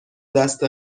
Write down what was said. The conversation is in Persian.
دست